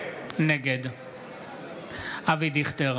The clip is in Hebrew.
נגד אבי דיכטר,